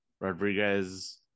Rodriguez